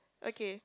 okay